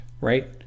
right